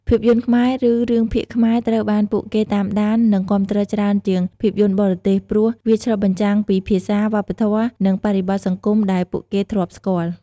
ភាពយន្តខ្មែរ ឬរឿងភាគខ្មែរត្រូវបានពួកគេតាមដាន និងគាំទ្រច្រើនជាងភាពយន្តបរទេស ព្រោះវាឆ្លុះបញ្ចាំងពីភាសា វប្បធម៌ និងបរិបទសង្គមដែលពួកគេធ្លាប់ស្គាល់។